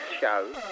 show